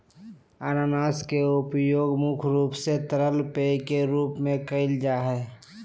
अनानास के उपयोग मुख्य रूप से तरल पेय के रूप में कईल जा हइ